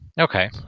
Okay